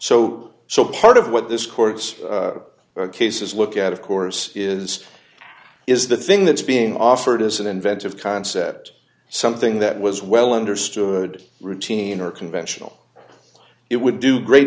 so so part of what this court's cases look at of course is is the thing that's being offered as an inventive concept something that was well understood routine or conventional it would do great